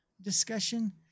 discussion